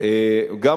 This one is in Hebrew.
מנוהלות היום,